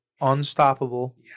unstoppable